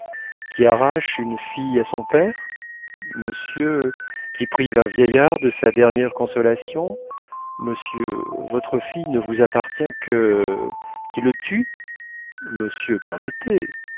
qui arrachent une fille à son père monsieur qui privent un vieillard de sa dernière consolation monsieur votre fille ne vous appartient que qui le tuent monsieur